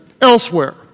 elsewhere